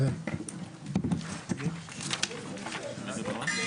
הישיבה ננעלה בשעה 13:51.